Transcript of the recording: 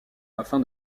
afin